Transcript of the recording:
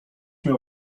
miał